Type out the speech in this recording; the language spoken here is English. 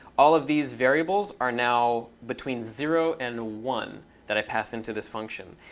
all of these variables are now between zero and one that i pass into this function.